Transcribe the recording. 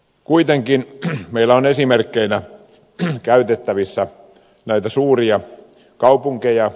kuitenkin meillä on esimerkkeinä käytettävissä näitä suuria kaupunkeja